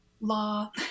law